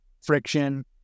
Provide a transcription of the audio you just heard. friction